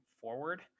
forward